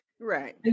Right